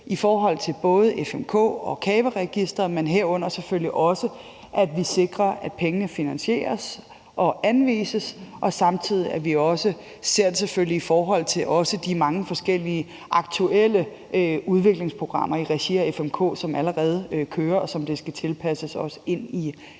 i forhold til både FMK og CAVE-registeret, herunder selvfølgelig også at vi sikrer, at finansieringen anvises, og at vi samtidig ser det i forhold til de mange forskellige aktuelle udviklingsprogrammer i regi af FMK, som allerede kører, og som det skal tilpasses i